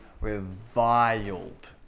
reviled